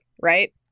Right